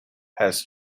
has